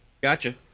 Gotcha